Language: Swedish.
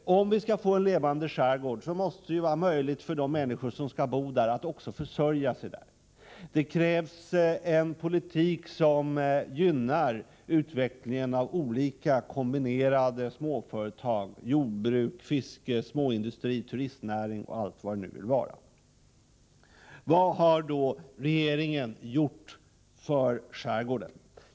För att vi skall kunna få en levande skärgård måste det vara möjligt för de människor som skall bo i skärgården att också försörja sig där. Det krävs en politik som gynnar utvecklingen av olika kombinerade småföretag — jordbruk, fiske, småindustri, turistnäring och allt vad det kan vara. Vad har då regeringen gjort för skärgården?